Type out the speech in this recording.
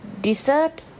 dessert